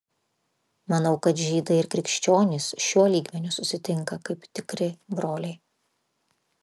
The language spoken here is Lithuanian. manau kad žydai ir krikščionys šiuo lygmeniu susitinka kaip tikri broliai